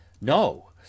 no